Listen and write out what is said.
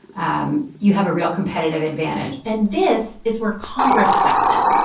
um you have a real competitive advantage and this is where congress steps in.